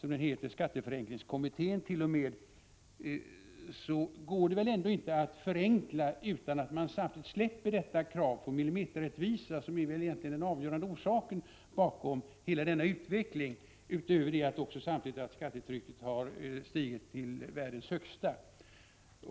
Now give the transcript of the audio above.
Men det går väl ändå inte att förenkla utan att man samtidigt släpper kravet på millimeterrättvisa, som väl är den avgörande orsaken bakom hela denna utveckling — förutom att skattetrycket samtidigt har stigit till världens högsta.